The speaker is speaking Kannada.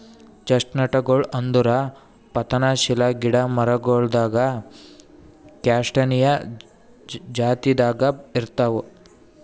ಚೆಸ್ಟ್ನಟ್ಗೊಳ್ ಅಂದುರ್ ಪತನಶೀಲ ಗಿಡ ಮರಗೊಳ್ದಾಗ್ ಕ್ಯಾಸ್ಟಾನಿಯಾ ಜಾತಿದಾಗ್ ಇರ್ತಾವ್